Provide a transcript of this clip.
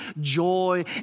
joy